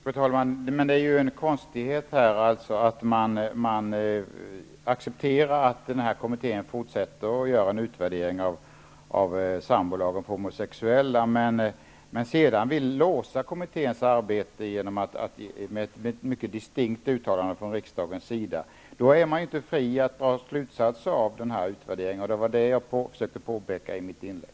Fru talman! Det är konstigt att man accepterar att kommittén fortsätter med en utvärdering av sambolagen för homosexuella men sedan vill låsa kommitténs arbete med ett mycket distinkt uttalande från riksdagens sida. Då är man inte fri att dra några slutsatser av utvärderingen. Det är vad jag försökte påpeka i mitt inlägg.